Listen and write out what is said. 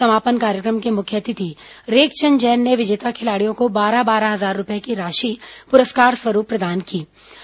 समापन कार्यक्रम के मुख्य अतिर्थि रेखचेंद जैन ने विजेता खिलाड़ियों को बारह बारह हजार रूपये की राशि पुरस्कार स्वरूप प्रदान कोँ